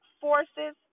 forces